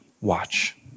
watch